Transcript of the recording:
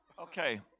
Okay